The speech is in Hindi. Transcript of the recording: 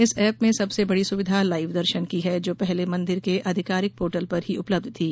इस एप में सबसे बड़ी सुविधा लाइव दर्शन की है जो पहले मंदिर के अधिकारिक पोर्टल पर ही उपलब्ध थी